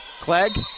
Clegg